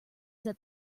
that